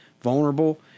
vulnerable